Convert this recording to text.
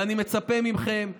ואני מצפה מכם וממך,